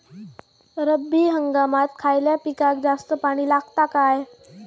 रब्बी हंगामात खयल्या पिकाक जास्त पाणी लागता काय?